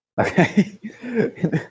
Okay